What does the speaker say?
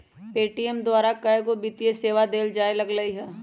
Paytm द्वारा कएगो वित्तीय सेवा देल जाय लगलई ह